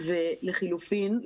לחילופין,